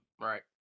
right